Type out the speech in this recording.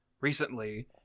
recently